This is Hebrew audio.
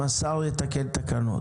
השר יתקן תקנות.